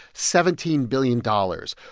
seventeen billion dollars.